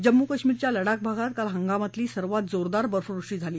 जम्मू कश्मीरच्या लडाख भागात काल या हगामातली सर्वात जोरदार बर्फवृष्टी झाली